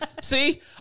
See